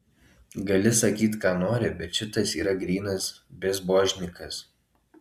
gali sakyt ką nori bet šitas yra grynas bezbožnikas